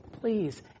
please